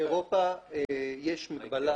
באירופה יש מגבלה